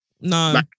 No